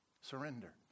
Surrender